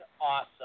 awesome